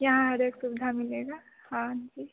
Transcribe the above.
यहाँ हर एक सुबिधा मिलेगा और भी